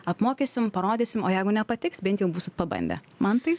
apmokysim parodysim o jeigu nepatiks bent jau būsit pabandę mantai